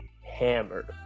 hammered